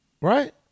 right